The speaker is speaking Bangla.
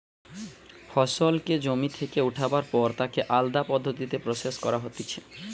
ফসলকে জমি থেকে উঠাবার পর তাকে আলদা পদ্ধতিতে প্রসেস করা হতিছে